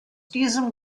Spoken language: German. diesem